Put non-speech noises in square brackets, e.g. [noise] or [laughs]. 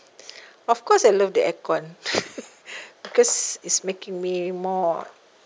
of course I love the aircon [laughs] because it's making me more